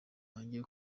wanjye